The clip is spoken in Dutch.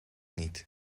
niet